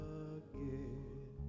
again